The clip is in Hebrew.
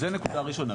זו נקודה ראשונה.